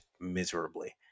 miserably